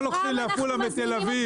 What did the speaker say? לא לוקחים לעפולה מתל אביב.